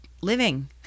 living